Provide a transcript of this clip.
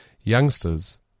Youngsters